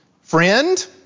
Friend